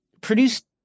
produced